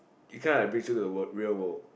you can't appreciate the world real world